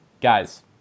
Guys